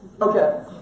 Okay